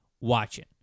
watching